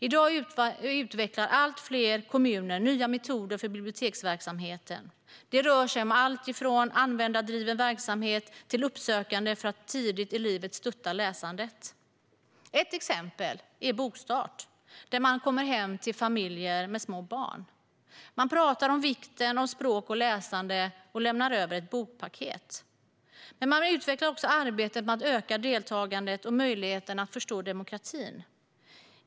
I dag utvecklar allt fler kommuner nya metoder för biblioteksverksamheten. Det rör sig om allt från användardriven verksamhet till uppsökande verksamhet för att stödja läsandet tidigt i livet. Ett exempel är Bokstart, där man kommer hem till familjer med små barn. Man pratar om vikten av språk och läsande och lämnar över ett bokpaket. Men man utvecklar också arbetet med att öka deltagandet och möjligheterna att förstå demokratin.